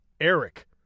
Eric